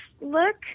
look